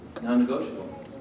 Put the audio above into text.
Non-negotiable